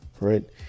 right